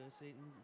satan